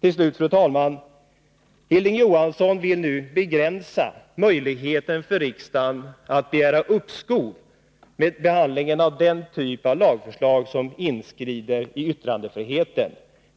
Till slut, fru talman: Hilding Johansson vill nu begränsa möjligheten för riksdagen att begära uppskov med behandling av lagförslag som inskrider mot yttrandefriheten.